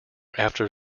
after